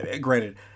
granted